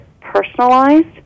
personalized